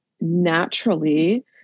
naturally